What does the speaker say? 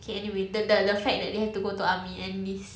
okay anyway the the the fact that they have to go to army enlist